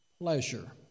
pleasure